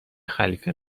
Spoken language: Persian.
خلیفه